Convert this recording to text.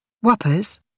Whoppers